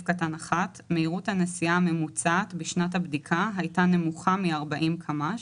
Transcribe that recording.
(1)מהירות הנסיעה הממוצעת בשנת הבדיקה הייתה נמוכה מ־40 קמ"ש,"